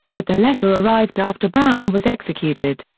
but the letter arrived after brown was executed.